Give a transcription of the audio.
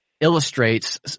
illustrates